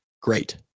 Great